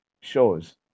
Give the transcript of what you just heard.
shows